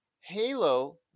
Halo